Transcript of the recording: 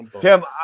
Tim